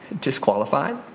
disqualified